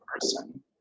person